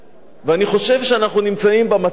אני חושב שאנחנו נמצאים במצב,